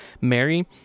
Mary